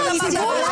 על מה אתה מדבר?